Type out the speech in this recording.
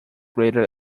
greater